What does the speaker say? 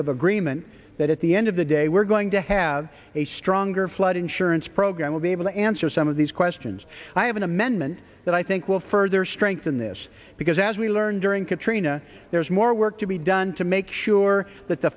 of agreement that at the end of the day we're going to have a stronger flood insurance program will be able to answer some of these questions i have an amendment that i think will further strengthen this because as we learned during katrina there's more work to be done to make sure that the